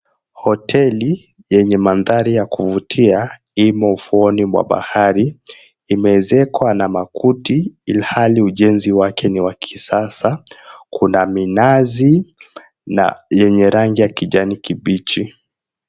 Hoteli yenye mandhari ya kuvutia, imo ufuoni mwa bahari, imeezekwa na makuti, ilhali ujenzi wake ni wa kisasa. Kuna minazi yenye rangi ya kijani kibichi.